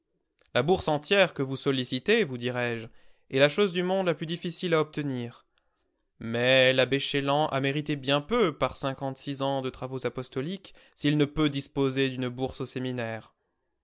la bourse entière que vous sollicitez vous dirais-je est la chose du monde la plus difficile à obtenir mais l'abbé chélan a mérité bien peu par cinquante-six ans de travaux apostoliques s'il ne peut disposer d'une bourse au séminaire